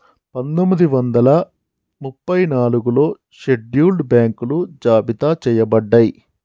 పందొమ్మిది వందల ముప్పై నాలుగులో షెడ్యూల్డ్ బ్యాంకులు జాబితా చెయ్యబడ్డయ్